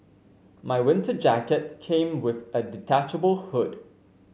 my winter jacket came with a detachable hood